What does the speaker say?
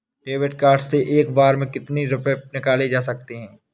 David card से एक बार में कितनी रूपए निकाले जा सकता है?